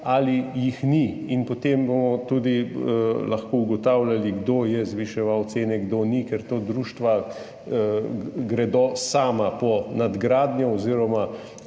ali jih ni. In potem bomo tudi lahko ugotavljali, kdo je zviševal cene, kdo ni, ker društva gredo sama po nadgradnjo oziroma